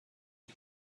son